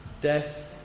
Death